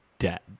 dead